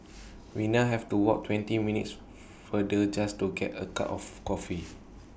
we now have to walk twenty minutes farther just to get A cup of coffee